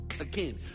Again